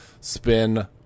spin